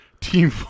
Team